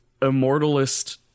immortalist